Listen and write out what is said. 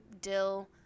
dill